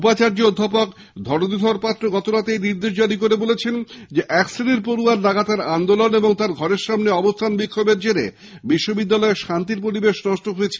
উপাচার্য অধ্যাপক ধরনীধর পাত্র আজ রাতে এই নির্দেশ জারি করে বলেছেন এক শ্রেণীর পড়য়াদের লাগাতার আন্দোলন ও তাঁর ঘরের সামনে অবস্হান বিক্ষোভের জেরে বিশ্ববিদ্যালয়ে শান্তির পরিবেশ নষ্ট হয়েছে